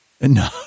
no